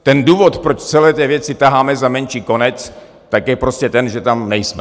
Ten důvod, proč v celé té věci taháme za menší konec, je prostě ten, že tam nejsme.